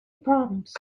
proms